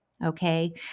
Okay